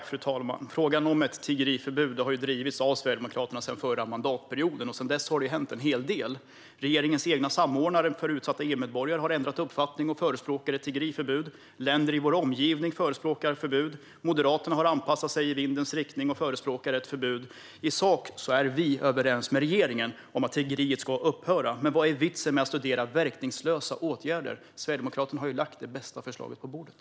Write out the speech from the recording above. Fru talman! Frågan om ett tiggeriförbud har drivits av Sverigedemokraterna sedan förra mandatperioden. Sedan dess har det hänt en hel del. Regeringens egen samordnare för utsatta EU-medborgare har ändrat uppfattning och förespråkar ett tiggeriförbud. Länder i vår omgivning förespråkar förbud. Moderaterna har anpassat sig i vindens riktning och förespråkar ett förbud. I sak är vi överens med regeringen om att tiggeriet ska upphöra. Men vad är vitsen med att studera verkningslösa åtgärder? Sverigedemokraterna har ju lagt det bästa förslaget på bordet.